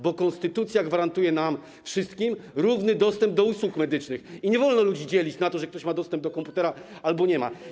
Bo konstytucja gwarantuje nam wszystkim równy dostęp do usług medycznych i nie wolno ludzi dzielić ze względu na to, że ktoś ma dostęp do komputera, albo go nie ma.